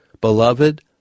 Beloved